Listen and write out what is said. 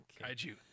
Kaiju